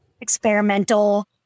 experimental